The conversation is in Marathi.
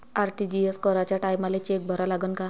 आर.टी.जी.एस कराच्या टायमाले चेक भरा लागन का?